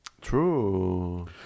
True